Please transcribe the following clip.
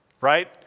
right